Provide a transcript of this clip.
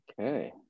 Okay